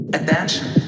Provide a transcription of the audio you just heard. Attention